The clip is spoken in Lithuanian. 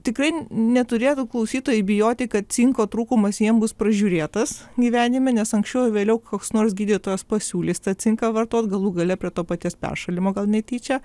tikrai neturėtų klausytojai bijoti kad cinko trūkumas jiem bus pražiūrėtas gyvenime nes anksčiau ar vėliau koks nors gydytojas pasiūlys tą cinką vartot galų gale prie to paties peršalimo gal netyčia